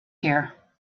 here